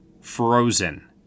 *Frozen*